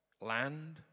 land